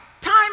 Time